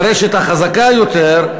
לרשת החזקה יותר,